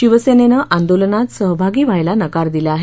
शिवसेनेनं आंदोलनात सहभागी व्हायला नकार दिला आहे